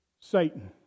Satan